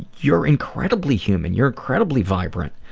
you're incredibly human, you're incredibly vibrant.